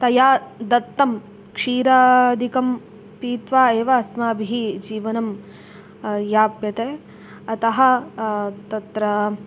तया दत्तं क्षीरादिकं पीत्वा एव अस्माभिः जीवनं याप्यते अतः तत्र